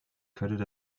credit